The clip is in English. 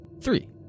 three